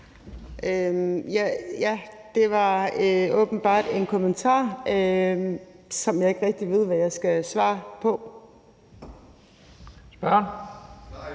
Det var åbenbart en kommentar, som jeg ikke rigtig ved hvad jeg skal svare på. Kl.